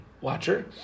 watcher